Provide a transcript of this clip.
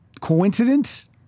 coincidence